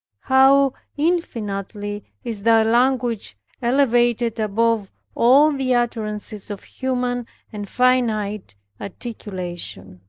how infinitely is thy language elevated above all the utterances of human and finite articulation.